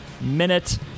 minute